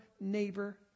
neighbor